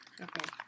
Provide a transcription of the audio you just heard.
Okay